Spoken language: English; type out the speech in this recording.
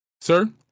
Sir